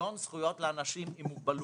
שוויון זכויות לאנשים עם מוגבלות.